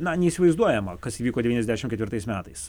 na neįsivaizduojama kas įvyko devyniasdešim ketvirtais metais